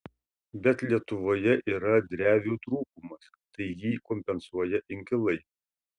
bet lietuvoje yra drevių trūkumas tai jį kompensuoja inkilai